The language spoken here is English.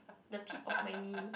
the tip of my knee